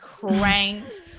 cranked